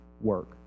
work